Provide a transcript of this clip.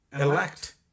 elect